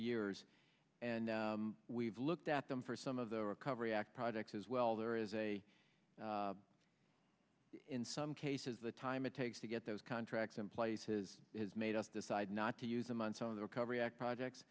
years and we've looked at them for some of the recovery act projects as well there is a in some cases the time it takes to get those contracts in place is has made us decide not to use them on some of the recovery act projects